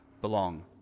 belong